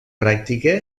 pràctica